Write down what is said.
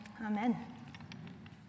amen